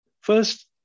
First